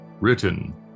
written